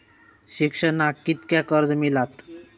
शिक्षणाक कीतक्या कर्ज मिलात?